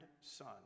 son